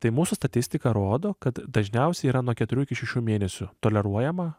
tai mūsų statistika rodo kad dažniausiai yra nuo keturių iki šešių mėnesių toleruojama